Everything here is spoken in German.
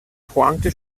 pointe